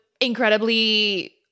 incredibly